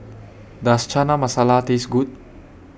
Does Chana Masala Taste Good